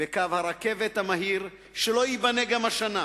בקו הרכבת המהיר שלא ייבנה גם השנה,